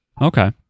Okay